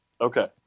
Okay